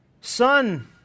Son